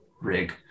rig